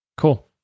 Cool